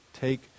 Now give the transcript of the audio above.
Take